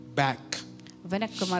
back